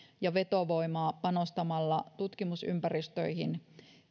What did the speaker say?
ja vetovoimaa panostamalla tutkimusympäristöihin